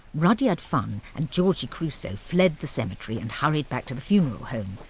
rudyard funn and georgie crusoe and fled the cemetery and hurried back to the funeral home.